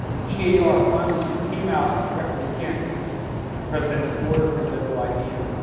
the ah yeah gar finally came out directly against a presidential order, presidential idea.